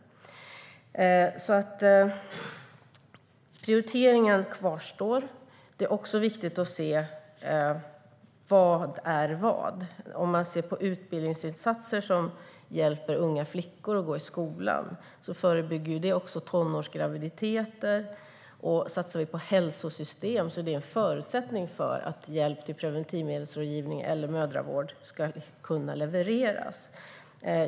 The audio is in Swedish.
Prioriteringen kvarstår alltså. Det är också viktigt att se vad som är vad. Utbildningsinsatser som hjälper unga att gå i skolan förebygger även tonårsgraviditeter. Och om vi satsar på hälsosystem är det en förutsättning för att hjälp till preventivmedelsrådgivning eller mödravård ska kunna levereras.